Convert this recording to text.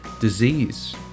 disease